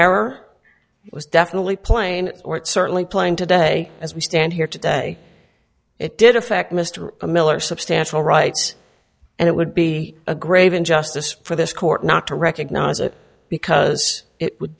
it was definitely plain or it certainly playing today as we stand here today it did affect mr miller substantial rights and it would be a grave injustice for this court not to recognize it because it would